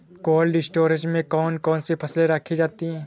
Cold storage में कौन कौन सी फसलें रखी जाती हैं?